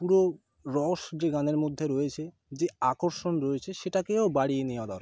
পুরো রস যে গানের মধ্যে রয়েছে যে আকর্ষণ রয়েছে সেটাকেও বাড়িয়ে নেওয়া দরকার